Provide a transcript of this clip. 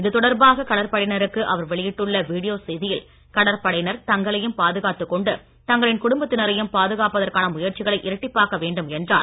இதுதொடர்பாக கடற்படையினருக்கு அவர் கூறி வெளியிட்டுள்ள வீடியோ செய்தியில் கடற்படையினர் தங்களையும் கொண்டு பாதுகாத்துக் தங்களின் குடும்பத்தினரையும் பாதுகாப்பதற்கான முயற்சிகளை இரட்டிப்பாக்க வேண்டும் என்றார்